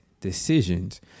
decisions